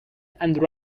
and